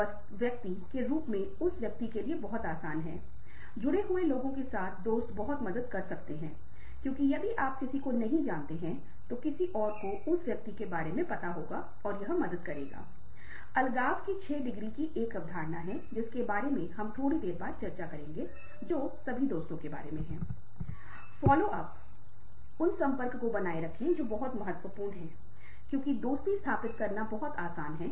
और बस यह होशियारी से भावना का उपयोग ही भावनात्मक बुद्धिमत्ता है यह बुद्धिमानी से भावना का उपयोग है इसका मतलब ये है की आप अपने बारे में उन लोगों के बारे में जिनके साथ आप बातचीत कर रहे हैं उस के अनुसार एक प्रतिक्रिया दिखा रहे हैं जो संदर्भ के लिए उपयुक्त है